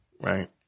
right